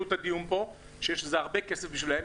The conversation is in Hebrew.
את הדיון פה כי זה הרבה כסף בשבילם,